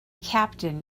captain